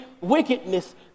wickedness